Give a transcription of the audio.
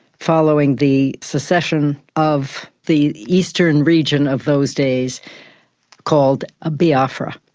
following the secession of the eastern region of those days called ah biafra.